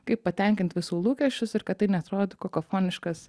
kaip patenkint visų lūkesčius ir kad tai neatrodytų kakofoniškas